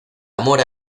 amor